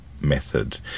method